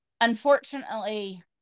unfortunately